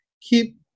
keep